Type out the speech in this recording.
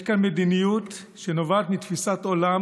יש כאן מדיניות שנובעת מתפיסת עולם